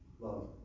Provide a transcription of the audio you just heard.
Love